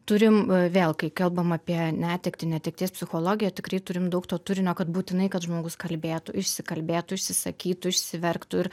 turim vėl kai kalbam apie netektį netekties psichologiją tikrai turim daug to turinio kad būtinai kad žmogus kalbėtų išsikalbėtų išsisakytų išsiverktų ir